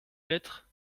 lettre